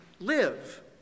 live